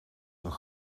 een